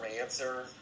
answer